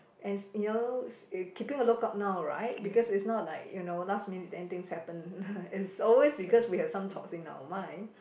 and you know s~ uh keeping a lookout now right because it's not like you know last minute then things happen it's always because we have some thoughts in our mind